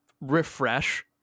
refresh